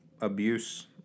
abuse